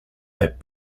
that